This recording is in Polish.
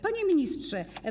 Panie Ministrze!